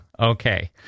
Okay